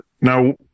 now